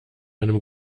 einem